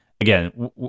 again